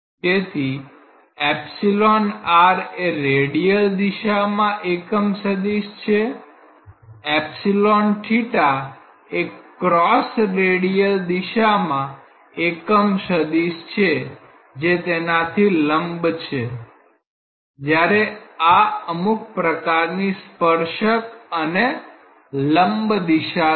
તેથી એ રેડિયલ દિશામાં એકમ સદિશ છે એ ક્રોસ રેડિયલ દિશામાં એકમ સદિશ છે જે તેનાથી લંબ છે જ્યારે આ અમુક પ્રકારની સ્પર્શક અને લંબ દિશા છે